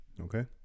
Okay